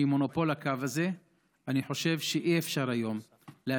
ובטח גם הציבור.